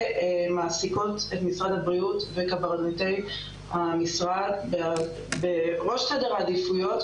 מעסיקות את משרד הבריאות וקברניטי המשרד בראש סדר העדיפויות,